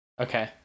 Okay